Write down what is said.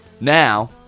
Now